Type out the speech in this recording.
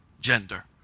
gender